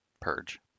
Purge